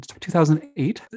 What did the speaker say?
2008